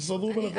תסתדרו ביניכם.